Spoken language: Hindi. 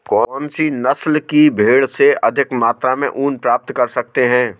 कौनसी नस्ल की भेड़ से अधिक मात्रा में ऊन प्राप्त कर सकते हैं?